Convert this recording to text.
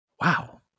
wow